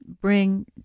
bring